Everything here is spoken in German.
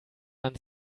man